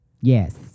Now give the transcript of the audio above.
Yes